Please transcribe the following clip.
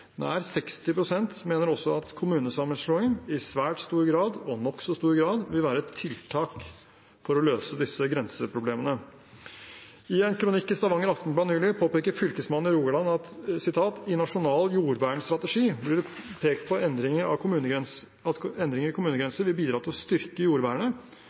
Nær 60 pst. mener også at kommunesammenslåing i svært stor grad og nokså stor grad vil være et tiltak for å løse disse grenseproblemene. I en kronikk i Stavanger Aftenblad nylig påpeker Fylkesmannen i Rogaland: «I nasjonal jordvernstrategi blir det peika på at endring av kommunegrenser vil bidra til å styrka jordvernet